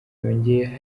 yongeyeho